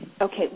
Okay